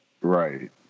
Right